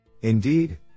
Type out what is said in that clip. Indeed